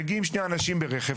מגיעים שני אנשים ברכב,